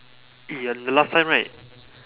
eh ya the last time right